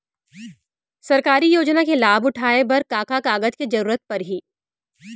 सरकारी योजना के लाभ उठाए बर का का कागज के जरूरत परही